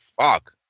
Fuck